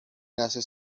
nace